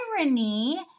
irony